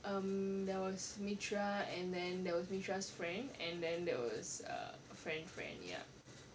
um there was mitra and then there was mitra's friend and then there was err friend friend ya